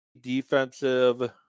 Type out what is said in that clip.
Defensive